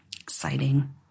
exciting